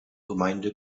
gemeinde